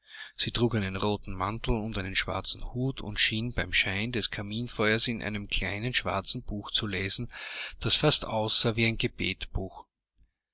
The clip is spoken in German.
sie trug einen roten mantel und einen schwarzen hut und schien beim schein des kaminfeuers in einem kleinen schwarzen buche zu lesen das fast aussah wie ein